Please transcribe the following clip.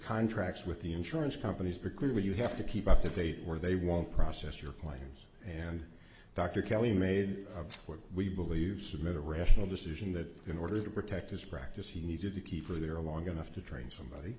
contracts with the insurance companies because what you have to keep up to date where they won't process your claims and dr kelly made of what we believe submit a rational decision that in order to protect his practice he needed to keep her there long enough to train somebody